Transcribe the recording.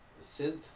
synth